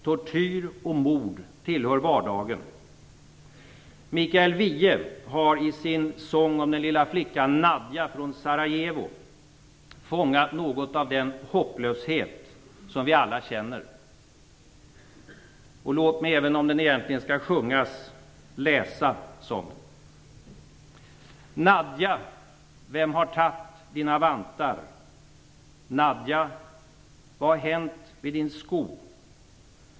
Tortyr och mord tillhör vardagen. Mikael Wiehe har i sin sång om den lilla flickan Nadja från Sarajevo fångat något av den hopplöshet som vi alla känner. Låt mig, även om den egentligen skall sjungas, läsa sången: Nadja, vem har tatt dina vantar? Nadja, vad har hänt med din sko?